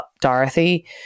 Dorothy